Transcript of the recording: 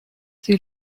sie